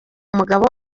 umugabo